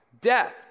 death